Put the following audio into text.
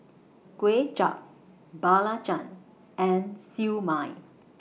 Kway Chap Belacan and Siew Mai